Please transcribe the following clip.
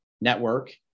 network